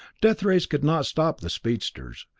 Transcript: death rays could not stop the speedsters,